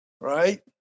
right